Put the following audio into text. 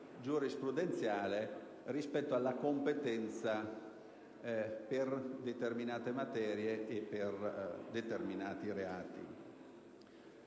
giurisprudenziale rispetto alla competenza per determinate materie e per determinati reati.